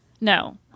No